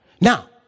now